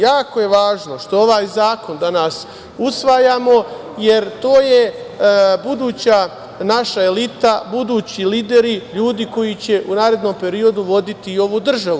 Jako je važno što ovaj zakon danas usvajamo, jer to je buduća naša elita, budući lideri, ljudi koji će u narednom periodu voditi ovu državu.